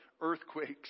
earthquakes